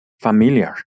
familiar